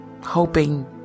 hoping